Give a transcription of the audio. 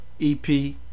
EP